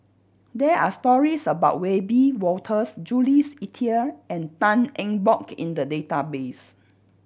there are stories about Wiebe Wolters Jules Itier and Tan Eng Bock in the database